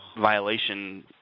violation